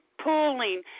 pooling